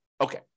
Okay